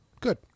Good